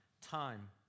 time